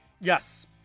Yes